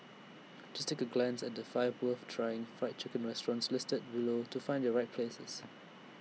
just take A glance at the five worth trying Fried Chicken restaurants listed below to find your right places